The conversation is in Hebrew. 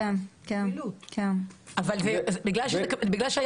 התהליך מסובך, אבל יש כמה סיבוכים בדרך.